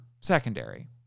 secondary